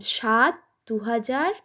সাত দুহাজার